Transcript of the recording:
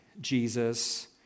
Jesus